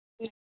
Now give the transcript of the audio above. ம்